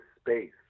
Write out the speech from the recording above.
space